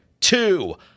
two